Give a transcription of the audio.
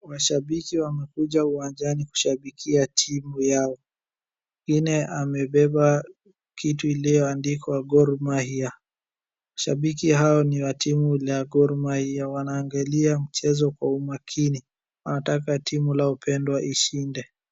Mashambiki wamekuja uwanjani kushambikia timu yao. Mwingine amebeba kitu ilioandikwa Gor Mahia. Shambiki hao ni wa timu la Gor Mahia. Wanaangalia mchezo kwa umakini, wanataka timu lao pendwa lishinde.